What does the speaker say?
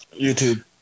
YouTube